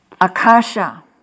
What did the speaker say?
Akasha